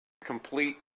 complete